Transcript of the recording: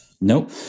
Nope